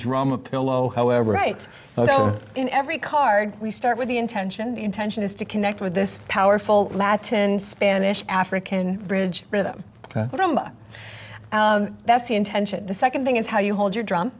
drum a pillow however right in every card we start with the intention intention is to connect with this powerful latin spanish african bridge rhythm that's the intention the second thing is how you hold your dr